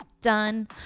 done